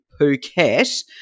Phuket